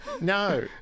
no